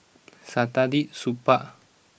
Saktiandi Supaat